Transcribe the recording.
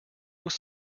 was